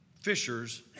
fishers